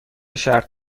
شرط